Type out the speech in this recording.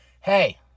hey